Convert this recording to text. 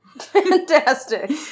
fantastic